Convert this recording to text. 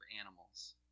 animals